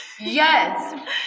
yes